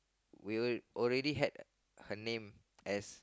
we already had her name as